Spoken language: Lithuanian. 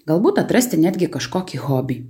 galbūt atrasti netgi kažkokį hobį